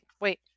wait